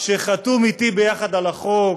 שחתום אתי יחד על החוק,